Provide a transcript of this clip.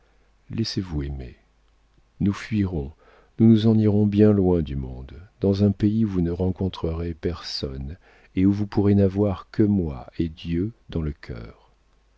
laissez-vous aimer nous fuirons nous nous en irons bien loin du monde dans un pays où vous ne rencontrerez personne et où vous pourrez n'avoir que moi et dieu dans le cœur